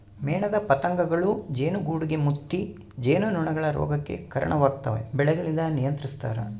ಮೇಣದ ಪತಂಗಗಳೂ ಜೇನುಗೂಡುಗೆ ಮುತ್ತಿ ಜೇನುನೊಣಗಳ ರೋಗಕ್ಕೆ ಕರಣವಾಗ್ತವೆ ಬೆಳೆಗಳಿಂದ ನಿಯಂತ್ರಿಸ್ತರ